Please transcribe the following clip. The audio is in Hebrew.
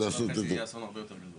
בעוד שנה וחצי יהיה אסון הרבה יותר גדול.